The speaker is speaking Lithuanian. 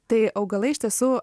tai augalai iš tiesų